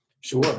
Sure